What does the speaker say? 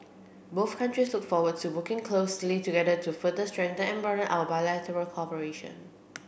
both countries look forward to working closely together to further strengthen and broaden our bilateral cooperation